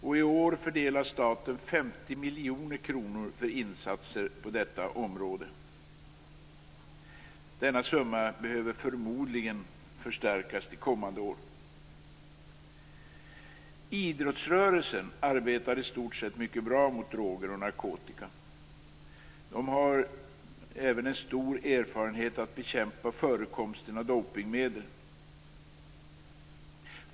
Och i år fördelar staten 50 miljoner kronor för insatser på detta område. Denna summa behöver förmodligen förstärkas till kommande år. Idrottsrörelsen arbetar i stort sett mycket bra mot droger och narkotika. Den har också stor erfarenhet av att bekämpa förekomster av dopningsmedel.